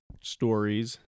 stories